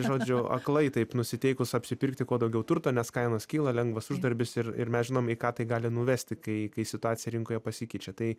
žodžiu aklai taip nusiteikus apsipirkti kuo daugiau turto nes kainos kyla lengvas uždarbis ir ir mes žinom į ką tai gali nuvesti kai kai situacija rinkoje pasikeičia tai